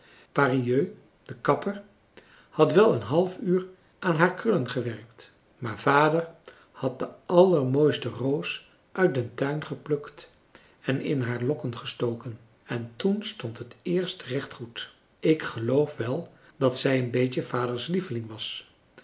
de kapper had wel een half uur aan haar krullen gewerkt maar vader had de allermooiste roos uit den tuin geplukt en in haar lokken gestoken en toen stond het eerst recht goed ik geloof wel dat zij een beetje vaders lieveling was